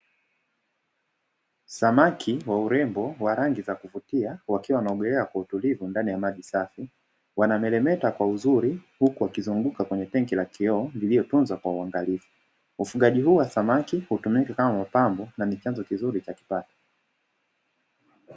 Samaki wa urembo wenye rangi za kuvutia wakiwa wanaogelea kwa utulivu ndani ya maji safi. Wanameremeta kwa uzuri huku wakizunguka kwenye tanki la kiyoo lililotunzwa kwa uangalifu. Ufugaji huu wa samaki hutumika kama mapambo na ni chanzo kizuri cha kipato.